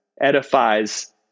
edifies